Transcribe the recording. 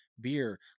beer